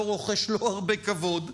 לא רוחש לו הרבה כבוד,